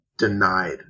denied